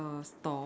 tall